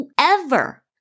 whoever